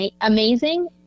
amazing